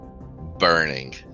burning